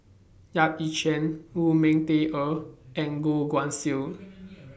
Yap Ee Chian Lu Ming Teh Earl and Goh Guan Siew